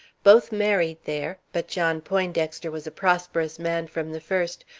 both married there, but john poindexter was a prosperous man from the first,